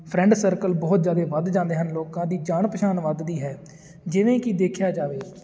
friend circle ਬਹੁਤ ਜ਼ਿਆਦਾ ਵੱਧ ਜਾਂਦੇ ਹਨ ਲੋਕਾਂ ਦੀ ਜਾਣ ਪਛਾਣ ਵੱਧਦੀ ਹੈ ਜਿਵੇਂ ਕਿ ਦੇਖਿਆ ਜਾਵੇ